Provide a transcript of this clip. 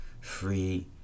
free